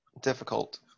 difficult